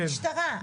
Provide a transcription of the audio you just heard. -- מהמשטרה.